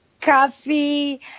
coffee